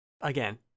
again